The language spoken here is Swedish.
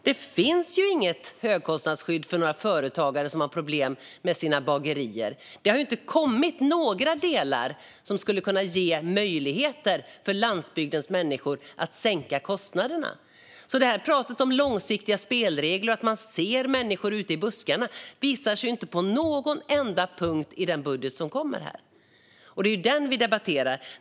Det finns ju inget högkostnadsskydd för några företagare som har problem med sina bagerier. Det har ju inte kommit några delar som skulle kunna ge möjligheter för landsbygdens människor att sänka kostnaderna. Pratet om långsiktiga spelregler och att man ser människor ute i buskarna visar sig alltså inte på någon enda punkt i den budget som ligger här, och det är ju den vi debatterar.